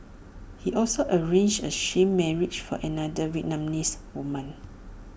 he also arranged A sham marriage for another Vietnamese woman